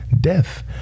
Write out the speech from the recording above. death